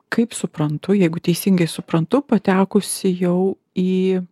kaip suprantu jeigu teisingai suprantu patekusi jau į